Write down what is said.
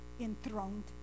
enthroned